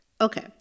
Okay